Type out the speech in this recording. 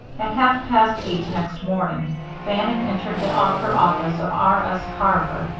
at half-past eight next morning bannon entered the outer office of r. s. carver,